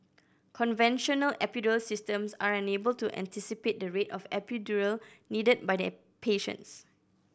conventional epidural systems are unable to anticipate the rate of epidural needed by the a patients